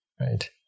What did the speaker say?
right